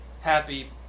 Happy